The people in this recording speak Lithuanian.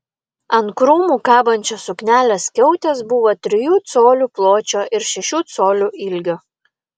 ant krūmų kabančios suknelės skiautės buvo trijų colių pločio ir šešių colių ilgio